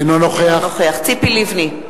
אינו נוכח ציפי לבני,